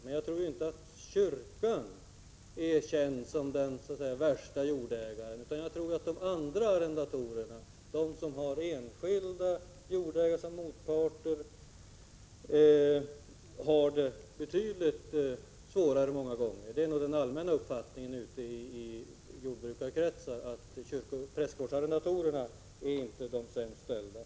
Men kyrkan är inte känd som den värsta jordägaren, utan de arrendatorer som har enskilda jordägare som motparter har det många gånger betydligt svårare. Den allmänna uppfattningen ute i jordbrukarkretsar är nog att prästgårdsarrendatorerna inte är de sämst ställda.